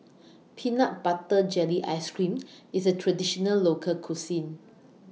Peanut Butter Jelly Ice Cream IS A Traditional Local Cuisine